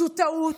זו טעות,